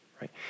right